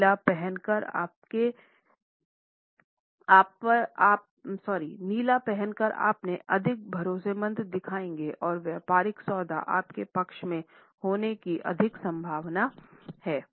नीला पहन कर आपने अधिक भरोसेमंद दिखेंगे और व्यापारिक सौदा आपके पक्ष में होने की अधिक संभावना है